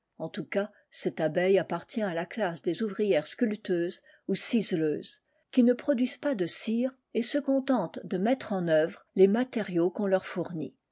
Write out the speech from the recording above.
en tout cas cette abeille appartient classe des ouvrières sculpteuses ou cise's qui ne produisent pas de cire et se contente de mettre en œuvre les matériaux qu on leur fournit